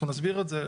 אנחנו נסביר את זה.